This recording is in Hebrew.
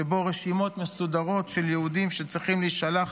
שבו רשימות מסודרות של יהודים שצריכים להישלח